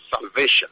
salvation